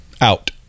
out